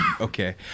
okay